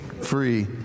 free